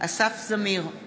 אסף זמיר,